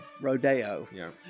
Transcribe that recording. Rodeo